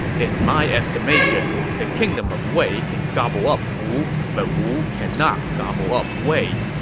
in my estimation, the kingdom of wei can gobble up wu, but wu cannot gobble up wei.